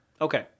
okay